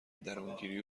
درونگیری